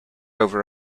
over